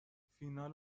فینال